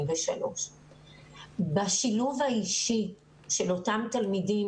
135,943. בשילוב האישי של אותם תלמידים,